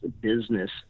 business